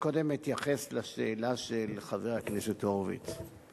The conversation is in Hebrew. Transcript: אני קודם אתייחס לשאלה של חבר הכנסת הורוביץ.